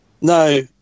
No